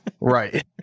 right